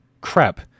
Crap